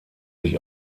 sich